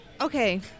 okay